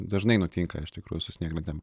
dažnai nutinka iš tikrųjų su snieglentėm